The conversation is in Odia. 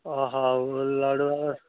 ହଉ ଲଡ଼ୁବାବା